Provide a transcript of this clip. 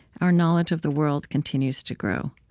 our knowledge of the world continues to grow.